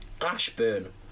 Ashburn